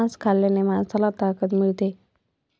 मांस खाल्ल्याने माणसाला ताकद मिळते